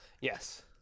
Yes